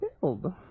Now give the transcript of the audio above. build